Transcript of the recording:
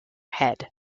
head